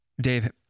Dave